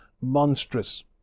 monstrous